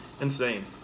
Insane